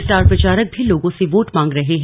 star प्रचारक भी लोगों से वोट मांग रहे हैं